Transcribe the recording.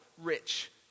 rich